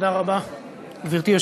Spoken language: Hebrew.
רבותי,